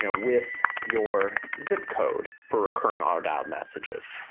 ah with your zip code for recurring autodialed messages.